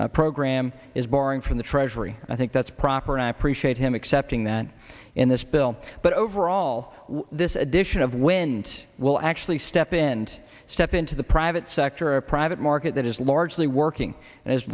program is borrowing from the treasury i think that's proper and i appreciate him accepting that in this bill but overall this edition of wind will actually step in and step into the private sector a private market that is largely working and h